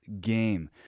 game